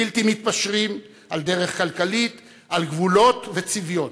בלתי מתפשרים: על דרך כלכלית, על גבולות וצביון.